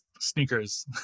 Sneakers